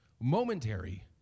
momentary